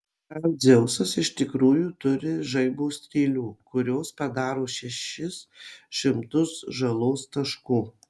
ar dzeusas iš tikrųjų turi žaibo strėlių kurios padaro šešis šimtus žalos taškų